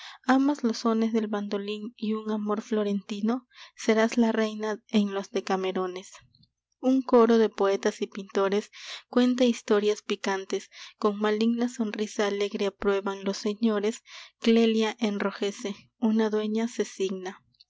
amas los sones del bandolín y un amor florentino serás la reina en los decamerones un coro de poetas y pintores cuenta historias picantes con maligna sonrisa alegre aprueban los señores clelia enrojece una dueña se signa